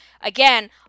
Again